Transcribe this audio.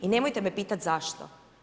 I nemojte me pitati zašto?